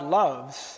loves